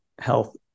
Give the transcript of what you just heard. health